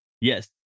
Yes